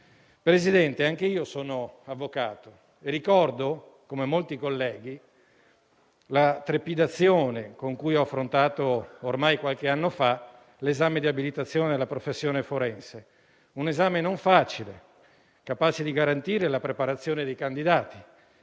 Presidente, anche io sono avvocato e ricordo, come molti colleghi, la trepidazione con cui ho affrontato, ormai qualche anno fa, l'esame di abilitazione alla professione forense. Un esame non facile, capace di garantire la preparazione dei candidati,